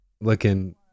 looking